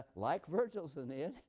like virgil's aeneid,